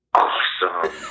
awesome